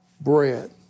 bread